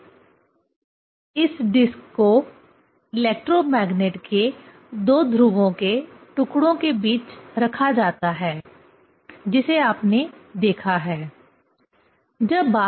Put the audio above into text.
अब इस डिस्क को इलेक्ट्रोमैग्नेट के दो ध्रुवों के टुकड़ों के बीच रखा जाता है जिसे आपने देखा है